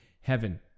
heaven